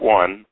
one